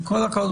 עם כל הכבוד,